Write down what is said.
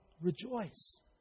Rejoice